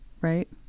right